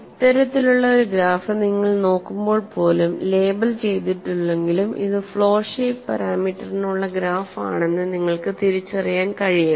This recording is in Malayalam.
ഇത്തരത്തിലുള്ള ഒരു ഗ്രാഫ് നിങ്ങൾ നോക്കുമ്പോൾ പോലും ലേബൽ ചെയ്തിട്ടില്ലെങ്കിലും ഇത് ഫ്ലോ ഷേപ്പ് പാരാമീറ്ററിനുള്ള ഗ്രാഫ് ആണെന്ന് നിങ്ങൾക്ക് തിരിച്ചറിയാൻ കഴിയണം